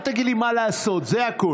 אל תגיד לי מה לעשות, זה הכול.